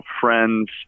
friends